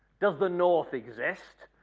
does the north exist?